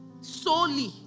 solely